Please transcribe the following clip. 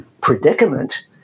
predicament